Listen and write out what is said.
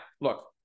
look